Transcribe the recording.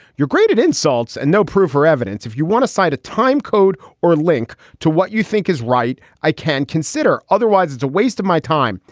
you're great at insults and no proof or evidence if you want to cite a time, code or link to what you think is right. i can consider otherwise it's a waste of my time.